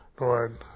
Lord